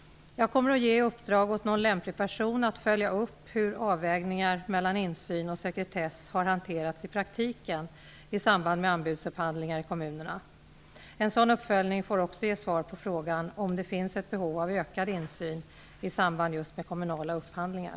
Jag kommer att ge i uppdrag åt någon lämplig person att följa upp hur avvägningar mellan insyn och sekretess har hanterats i praktiken i samband med anbudsupphandlingar i kommunerna. En sådan uppföljning får också ge svar på frågan om det finns ett behov av ökad insyn i samband med kommunala upphandlingar.